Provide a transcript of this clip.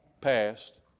passed